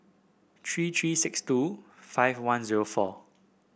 three three six two five one zero four